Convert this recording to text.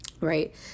right